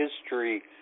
history